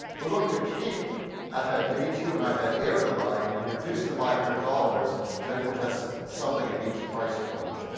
we're going to keep ipad mini two and ipad air on the line and reduce them by one hundred dollars so everyone has something at each price point,